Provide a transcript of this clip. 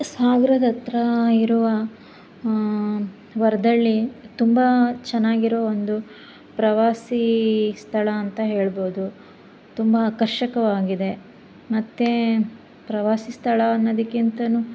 ಸಾಗ್ರದ ಹತ್ತಿರ ಇರುವ ವರದಳ್ಳಿ ತುಂಬ ಚೆನ್ನಾಗಿರೋ ಒಂದು ಪ್ರವಾಸಿ ಸ್ಥಳ ಅಂತ ಹೇಳ್ಬೋದು ತುಂಬ ಆಕರ್ಷಕವಾಗಿದೆ ಮತ್ತು ಪ್ರವಾಸಿ ಸ್ಥಳ ಅನ್ನೋದಕ್ಕಿಂತಲು